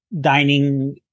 dining